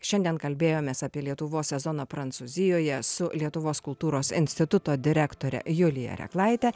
šiandien kalbėjomės apie lietuvos sezono prancūzijoje su lietuvos kultūros instituto direktore julija reklaite